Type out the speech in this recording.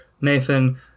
Nathan